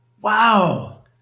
wow